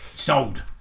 sold